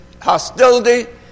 hostility